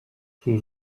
rue